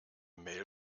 mail